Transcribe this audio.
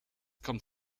kommt